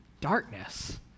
darkness